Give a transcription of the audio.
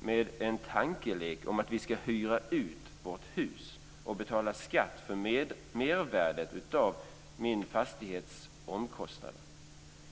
med en tankelek att jag ska hyra ut mitt hus och betala skatt för mervärdet av min fastighets omkostnader.